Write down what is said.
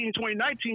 2019